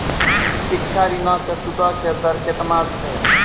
शिक्षा ऋणो के सूदो के दर केतना छै?